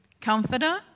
comforter